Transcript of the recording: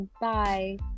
bye